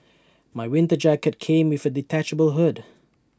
my winter jacket came with A detachable hood